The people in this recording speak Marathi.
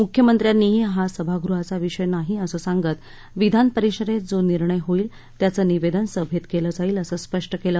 मुख्यमंत्र्यांनीही हा सभागृहाचा विषय नाही असं सांगत विधान परिषदेत जो निर्णय होईल त्याचं निवेदन सभेत केलं जाईल असं स्पष्ट केलं